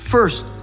First